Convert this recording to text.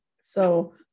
So-